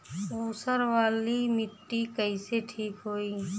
ऊसर वाली मिट्टी कईसे ठीक होई?